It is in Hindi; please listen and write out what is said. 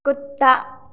कुत्ता